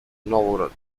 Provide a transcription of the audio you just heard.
novgorod